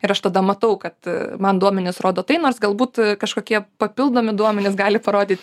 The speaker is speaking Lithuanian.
ir aš tada matau kad man duomenys rodo tai nors galbūt kažkokie papildomi duomenys gali parodyt